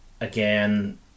again